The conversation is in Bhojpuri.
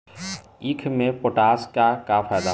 ईख मे पोटास के का फायदा होला?